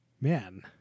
Man